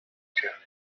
czech